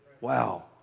Wow